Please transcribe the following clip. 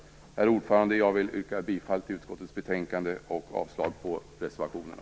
Herr talman! Jag yrkar bifall till utskottets hemställan och avslag på reservationerna.